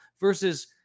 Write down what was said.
versus